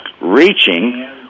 reaching